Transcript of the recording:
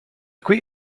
qui